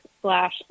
slash